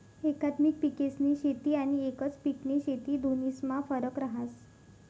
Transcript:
एकात्मिक पिकेस्नी शेती आनी एकच पिकनी शेती दोन्हीस्मा फरक रहास